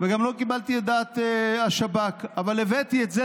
וגם לא קיבלתי את דעת השב"כ, אבל הבאתי את זה